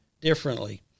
differently